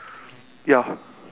maybe like the